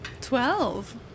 Twelve